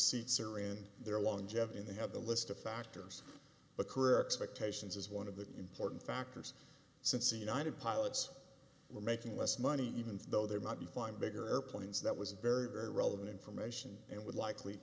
seats are in their longevity and they have the list of factors but career expectations is one of the important factors since the united pilots were making less money even though they might be fine bigger airplanes that was very very relevant information and would likely